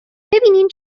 ببینین